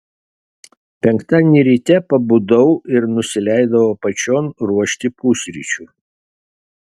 penktadienį ryte pabudau ir nusileidau apačion ruošti pusryčių